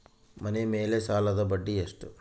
ಮನೆ ಮೇಲೆ ಸಾಲದ ಬಡ್ಡಿ ಎಷ್ಟು?